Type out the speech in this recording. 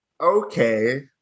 Okay